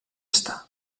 estar